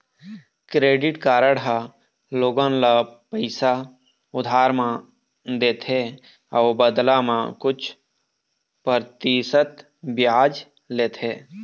credit card ह लोगन ल पइसा उधार म देथे अउ बदला म कुछ परतिसत बियाज लेथे